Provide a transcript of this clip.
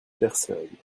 personnes